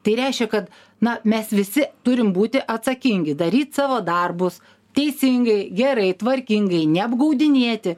tai reiškia kad na mes visi turim būti atsakingi daryt savo darbus teisingai gerai tvarkingai neapgaudinėti